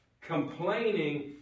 complaining